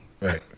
Right